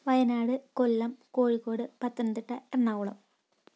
Wayanad Kollam Kozhikode Pathanamthitta Ernakulam